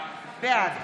בעד